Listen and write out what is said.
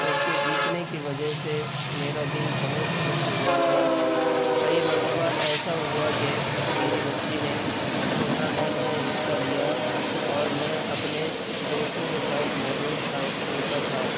اس کے جیتنے کی وجہ سے میرا دل بہت خوش ہوا تھا کئی مرتبہ ایسا ہوا کہ میری بچی نے ٹورنامنٹ میں حصہ لیا اور میں اپنے دوستوں کے ساتھ موجود تھا ہوتا تھا